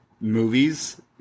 movies